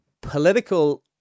political